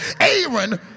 Aaron